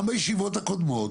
גם בישיבות הקודמות